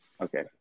Okay